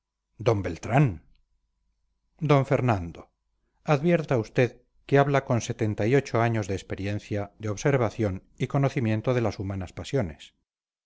d beltrán d fernando advierta usted que habla con setenta y ocho años de experiencia de observación y conocimiento de las humanas pasiones